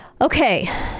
Okay